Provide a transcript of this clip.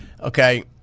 Okay